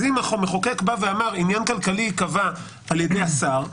אם המחוקק בא ואמר שעניין כלכלי ייקבע על ידי השר,